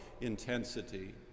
intensity